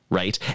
right